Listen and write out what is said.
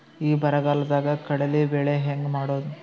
ಈ ಬರಗಾಲದಾಗ ಕಡಲಿ ಬೆಳಿ ಹೆಂಗ ಮಾಡೊದು?